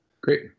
Great